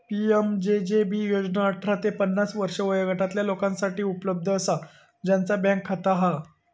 PMJJB योजना अठरा ते पन्नास वर्षे वयोगटातला लोकांसाठी उपलब्ध असा ज्यांचा बँक खाता हा